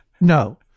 no